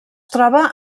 troba